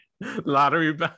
lottery